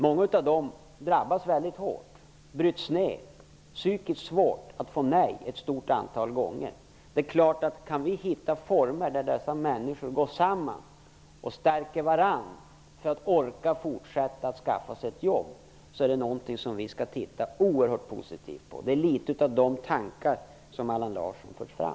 Många av dem drabbas mycket hårt. De bryts ner. Det är psykiskt svårt att få nej ett stort antal gånger. Kan vi hitta former för dessa människor att gå samman och stärka varandra för att orka fortsätta att försöka skaffa sig ett jobb, är det någonting som vi skall se oerhört positivt på. Detta är litet av de tankar som Allan Larsson fört fram.